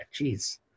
Jeez